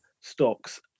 stocks